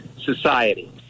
society